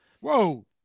Whoa